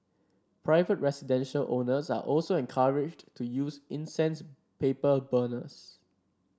private residential owners are also encouraged to use incense paper burners